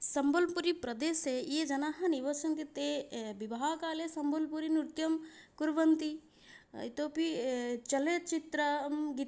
सम्बल्पुरिप्रदेशे ये जनाः निवसन्ति ते विवाहकाले सम्बल्पुरि नृर्त्यं कुर्वन्ति इतोऽपि चलच्चित्र अम् गित्